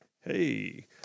hey